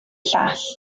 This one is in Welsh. llall